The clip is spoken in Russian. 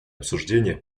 обсуждения